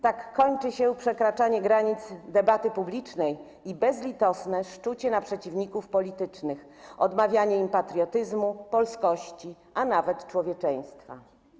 Tak kończy się przekraczanie granic debaty publicznej i bezlitosne szczucie na przeciwników politycznych, odmawianie im patriotyzmu, polskości, a nawet człowieczeństwa.